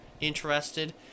interested